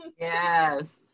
yes